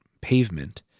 pavement